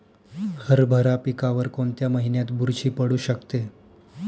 हरभरा पिकावर कोणत्या महिन्यात बुरशी पडू शकते?